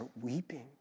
weeping